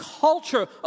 culture